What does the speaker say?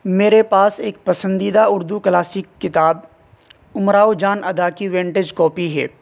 میرے پاس ایک پسندیدہ اردو کلاسک کتاب امراؤ جان ادا کی ونٹیج کاپی ہے